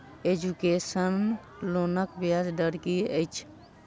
Education लोनक ब्याज दर की अछि?